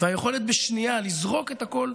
והיכולת בשנייה לזרוק את הכול,